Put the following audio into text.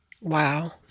Wow